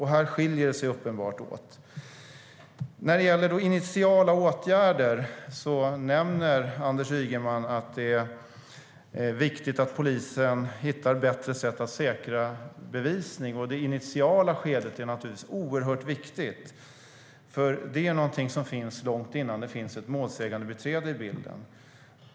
Här skiljer det sig uppenbart åt. När det gäller initiala åtgärder nämner Anders Ygeman att det är viktigt att polisen hittar bättre sätt att säkra bevisning. Och det initiala skedet är naturligtvis oerhört viktigt, för det är någonting som finns långt innan det finns ett målsägandebiträde i bilden.